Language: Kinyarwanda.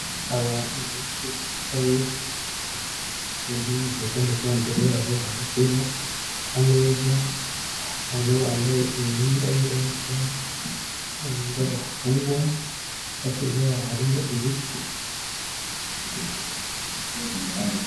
Imodoka ziri mu ibara ry'umweru zitwara abagenzi, hari umugabo wambaye ishati ya karokaro n’ipantaro y’umukara ahagaze mu idirishya, hari n'abandi bagenda n'amaguru bisa naho baje gutega.